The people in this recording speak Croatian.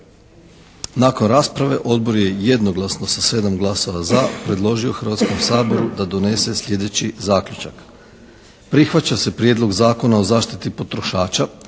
Nakon rasprave Odbor je jednoglasno sa 7 glasova za predložio Hrvatskom saboru da donese sljedeći zaključak. Prihvaća se Prijedlog zakona o zaštiti potrošača.